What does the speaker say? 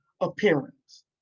appearance